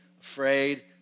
afraid